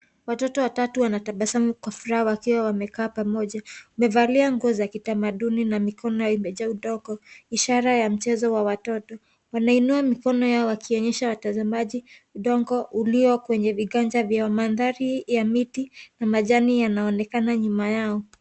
Watoto watatu wanatabasamu kwa furaha wakiwa wamekaa pamoja, wamevalia nguo za kitamaduni na mikono imejaa udongo ishara ya mchezo wa watoto wanainua mikono yao wakionyesha watazamaji udongo ulio kwa viganja vyao mandhari ya miti na majani yanaonekana nyuma yao.